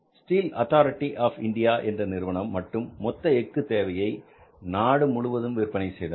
steel authority of India என்ற நிறுவனம் மட்டுமே மொத்த எஃகு தேவையை நாடு முழுவதும் விற்பனை செய்தனர்